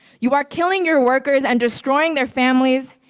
you are killing your workers and destroying their families.